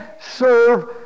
serve